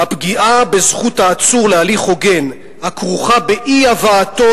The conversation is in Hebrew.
"הפגיעה בזכות העצור להליך הוגן הכרוכה באי-הבאתו